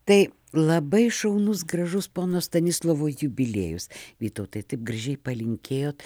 tai labai šaunus gražus pono stanislovo jubiliejus vytautai taip gražiai palinkėjot